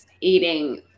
Eating